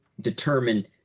determine